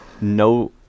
no